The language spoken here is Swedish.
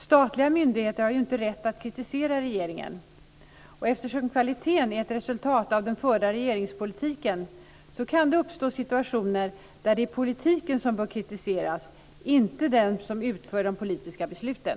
Statliga myndigheter har ju inte rätt att kritisera regeringen. Eftersom kvaliteten är ett resultat av den förda regeringspolitiken kan det uppstå situationer där det är politiken som bör kritiseras, inte de som utför de politiska besluten.